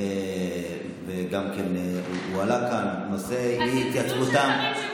הזלזול של שרים,